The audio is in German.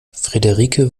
frederike